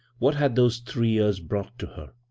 what had those three years brought to her?